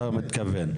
אתה מתכוון?